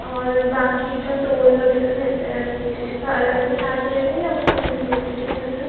और बाकी जो टोल वगैरह रहता है वो उसका अलग से चार्ज रहेगा या उसी में इन्क्लूडेड रहेगा सर